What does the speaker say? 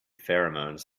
pheromones